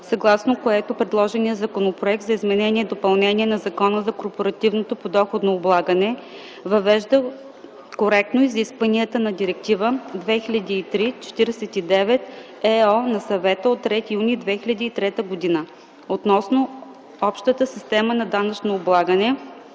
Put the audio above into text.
съгласно което предложеният законопроект за изменение и допълнение на Закона за корпоративното подоходно облагане въвежда коректно изискванията на Директива 2003/49/ЕО на Съвета от 3 юни 2003 г. относно общата система на данъчно облагане,